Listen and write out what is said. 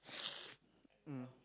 mm